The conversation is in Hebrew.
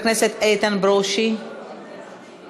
חבר הכנסת איתן ברושי, מוותר,